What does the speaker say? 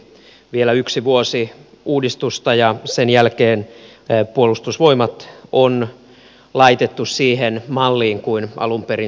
vielä yksi vuosi uudistusta ja sen jälkeen puolustusvoimat on laitettu siihen malliin kuin alunperin suunniteltiin